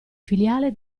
filiale